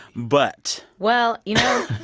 but. well, you know,